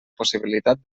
possibilitat